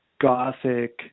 gothic